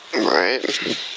Right